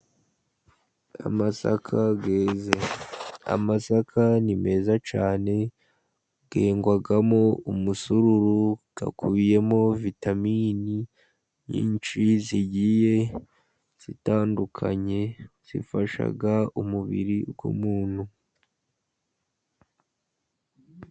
Amasaka yeze, amasaka ni meza cyane yengwamo umusururu, akubiyemo vitaminini nyinshi zigiye zitandukanye zifasha umubiri w'umuntu.